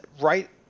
right –